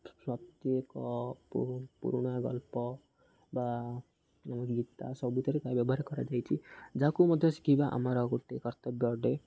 ପ୍ରତ୍ୟେକ ପୁରୁଣା ଗଳ୍ପ ବା ଗୀତା ସବୁଥିରେ କା ବ୍ୟବହାର କରାଯାଇଛି ଯାହାକୁ ମଧ୍ୟ ଶିଖିବା ଆମର ଗୋଟେ କର୍ତ୍ତବ୍ୟ ଅଟେ